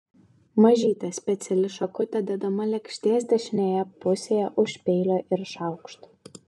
mažytė speciali šakutė dedama lėkštės dešinėje pusėje už peilio ir šaukšto